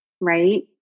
right